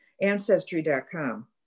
Ancestry.com